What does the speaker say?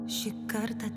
šį kartą